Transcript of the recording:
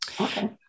Okay